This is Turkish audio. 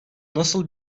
nasıl